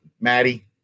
Maddie